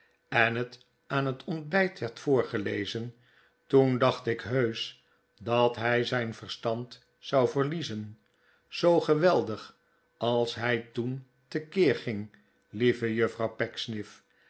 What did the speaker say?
en het aan het ontbijt werd voorgelezen toen dacht ik heusch dat hij zijn verstand zou verliezen zoo geweldig als hij toen te keer ging lieve juffrouw